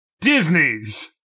Disney's